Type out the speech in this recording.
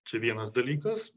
čia vienas dalykas